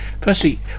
Firstly